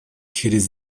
через